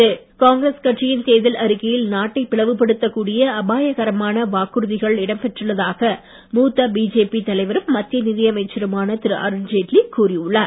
அருண் ஜெட்லி காங்கிரஸ் கட்சியின் தேர்தல் அறிக்கையில் நாட்டை பிளவுபடுத்தக் கூடிய அபாயகரமான வாக்குறுதிகள் இடம் பெற்றுள்ளதாக மூத்த பிஜேபி தலைவரும் மத்திய நிதியமைச்சருமான திரு அருண் ஜெட்லி கூறி உள்ளார்